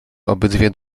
obydwie